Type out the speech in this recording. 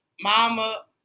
Mama